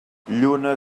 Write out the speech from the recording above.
lluna